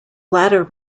latter